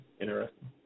interesting